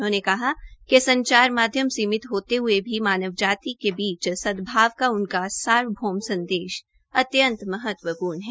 उन्होंने कहा कि संचार माध्यम सीमित होते हये भी मानव जाति के बीच सदभाव का उनका सार्वभौम संदेश अत्यंत महत्वपूर्ण है